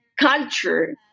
culture